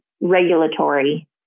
regulatory